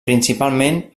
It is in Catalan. principalment